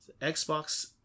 xbox